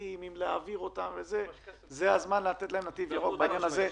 מסובכים זה הזמן לתת להם נתיב ירוק בעניין הזה.